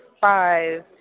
five